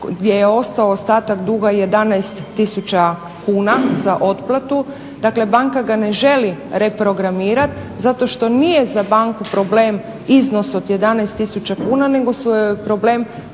gdje je ostao ostatak duga 11 tisuća kuna za otplatu, dakle banka ga ne želi reprogramirati zato što nije za banku problem iznos od 11 tisuća kuna nego su joj problem